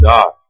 God